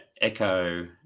echo